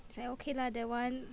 it's like okay lah that one